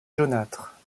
jaunâtre